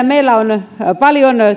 meillä on paljon